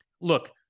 Look